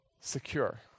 secure